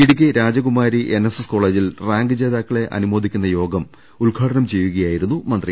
Idukki Rajakumari NSS കോളജിൽ rank ജേതാക്കളെ അനുമോദിക്കുന്ന യോഗം ഉദ്ഘാടനം ചെയ്യുകയായി രുന്നു മന്ത്രി